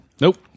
Nope